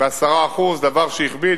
ב-10% דבר שהכביד,